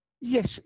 yes